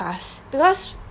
class because